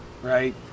Right